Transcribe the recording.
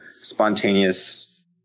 spontaneous